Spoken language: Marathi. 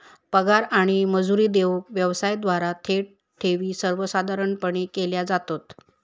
पगार आणि मजुरी देऊक व्यवसायांद्वारा थेट ठेवी सर्वसाधारणपणे केल्या जातत